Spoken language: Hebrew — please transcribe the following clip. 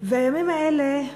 והימים האלה,